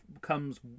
Comes